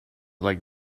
like